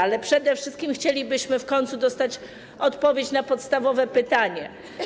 Ale przede wszystkim chcielibyśmy w końcu dostać odpowiedź na podstawowe pytanie: